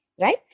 right